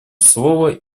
слова